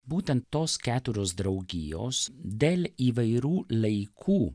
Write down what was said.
būtent tos keturios draugijos dėl įvairių laikų